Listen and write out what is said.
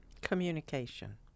Communication